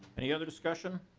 any other discussion?